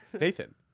Nathan